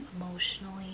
emotionally